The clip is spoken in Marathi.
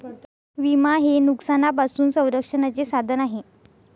विमा हे नुकसानापासून संरक्षणाचे साधन आहे